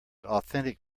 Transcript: authentic